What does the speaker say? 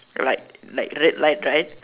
like like red light right